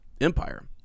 Empire